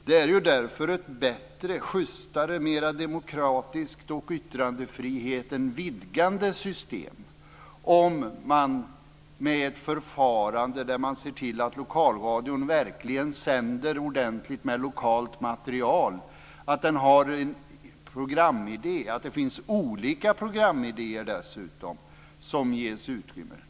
Det är därför ett bättre, justare, mera demokratiskt och yttrandefriheten vidgande system om man med ett förfarande ser till att lokalradion verkligen sänder ordentligt med lokalt material, att den har programidéer, och dessutom olika programidéer som ges utrymme.